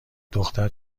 دختر